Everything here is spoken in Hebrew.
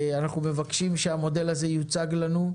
אנחנו מבקשים שהמודל הזה יוצג לנו,